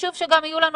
חשוב שגם יהיו לנו